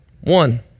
One